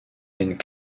and